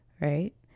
right